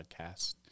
podcast